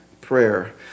prayer